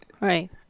right